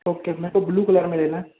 okay मे को blue colour में लेना है